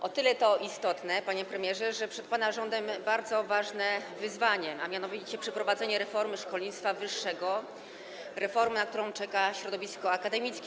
To o tyle istotne, panie premierze, o ile przed pana rządem bardzo ważne wyzwanie, a mianowicie przeprowadzenie reformy szkolnictwa wyższego, reformy, na którą czeka środowisko akademickie.